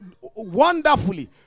wonderfully